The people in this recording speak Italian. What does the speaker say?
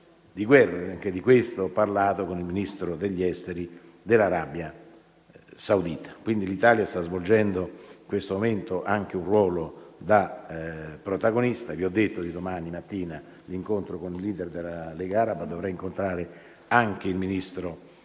Anche di questo ho parlato con il Ministro degli esteri dell'Arabia Saudita. Quindi, l'Italia sta svolgendo in questo momento anche un ruolo da protagonista. Vi ho detto dell'incontro di domani mattina con il *leader* della Lega araba, ma dovrei incontrare anche il Ministro